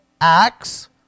Acts